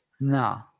No